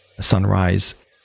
Sunrise